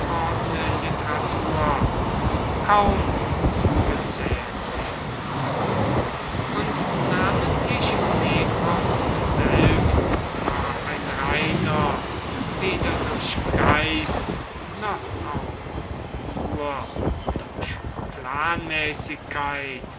literatur kaum zugezählt werden und namentlich nepos selbst war ein reiner weder durch geist noch auch nur durch